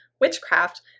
witchcraft